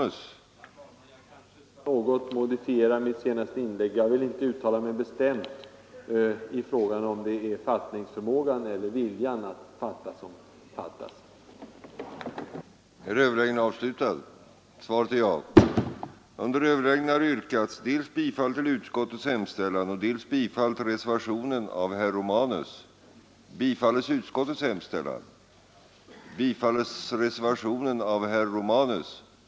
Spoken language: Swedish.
Jag kanske skall något modifiera mitt senaste inlägg: Jag vill inte uttala mig bestämt i frågan, huruvida det är förmågan eller viljan att fatta som fattas.